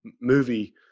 movie